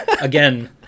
Again